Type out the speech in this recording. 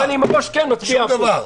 אתה עושה לי עם הראש כן ומצביע הפוך.